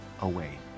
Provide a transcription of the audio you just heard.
away